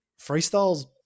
freestyle's